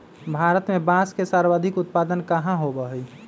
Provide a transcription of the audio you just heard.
भारत में बांस के सर्वाधिक उत्पादन कहाँ होबा हई?